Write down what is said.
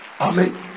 Amen